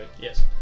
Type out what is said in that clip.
Yes